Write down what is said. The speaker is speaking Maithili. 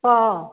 सए